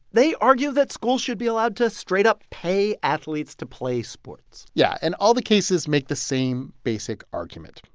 they argue that schools should be allowed to straight-up pay athletes to play sports yeah, and all the cases make the same basic argument.